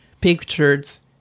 pictures